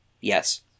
Yes